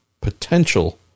potential